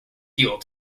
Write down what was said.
fuel